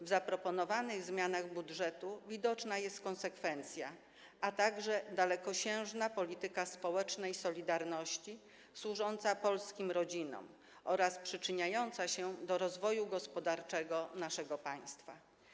W zaproponowanych zmianach budżetu widoczna jest konsekwencja, a także dalekosiężna polityka społecznej solidarności służąca polskim rodzinom oraz przyczyniająca się do rozwoju gospodarczego naszego państwa.